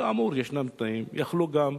כאמור, ישנם תנאים, יכלו גם.